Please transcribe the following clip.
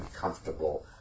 comfortable